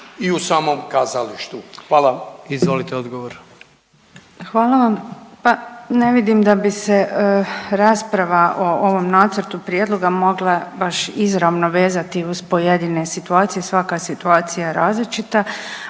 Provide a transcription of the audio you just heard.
**Obuljen Koržinek, Nina (HDZ)** Hvala vam. Pa ne vidim da bi se rasprava o ovom nacrtu Prijedloga mogla baš izravno vezati uz pojedine situacije, svaka situacija je različita.